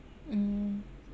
mm